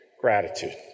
Gratitude